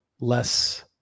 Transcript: less